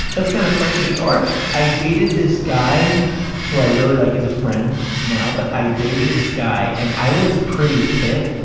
that's kind of funny to me. or i dated this guy who i really like, he's a friend now, but i dated this guy and i was pretty fit,